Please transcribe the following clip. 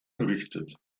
errichtet